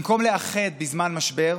במקום לאחד בזמן משבר,